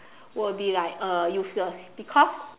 will be like uh useless because